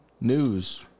News